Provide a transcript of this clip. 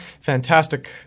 Fantastic